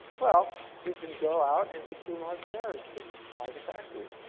well, we can go out and issue more shares to buy the factory.